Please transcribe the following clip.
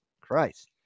Christ